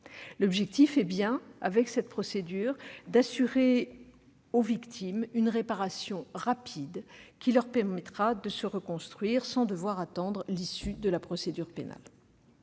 L'objectif de cette procédure est d'assurer aux victimes une réparation rapide, qui permettra à celles-ci de se reconstruire sans devoir attendre l'issue de la procédure pénale.